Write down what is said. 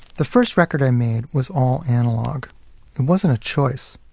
the first record i made was all analog. it wasn't a choice.